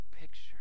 picture